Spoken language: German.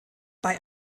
bei